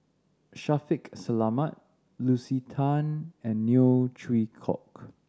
Shaffiq Selamat Lucy Tan and Neo Chwee Kok